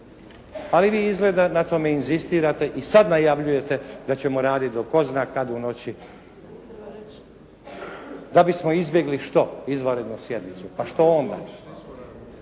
Ali vi izgleda na tome inzistirate i sad najavljujete da ćemo raditi do tko zna kad u noći da bismo izbjegli što? Izvanrednu sjednicu, pa što onda.